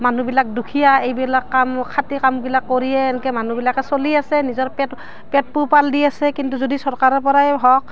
মানুহবিলাক দুখীয়া এইবিলাক কাম খাটি কামবিলাক কৰিয়েই এনেকৈ মানুহবিলাকে চলি আছে নিজৰ পেট পেট পোহপাল দি আছে কিন্তু যদি চৰকাৰৰ পৰাই হওক